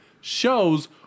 shows